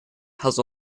has